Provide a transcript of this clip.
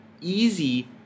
easy